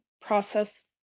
process